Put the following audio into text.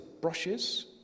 brushes